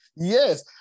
Yes